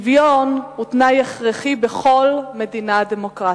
שוויון הוא תנאי הכרחי בכל מדינה דמוקרטית.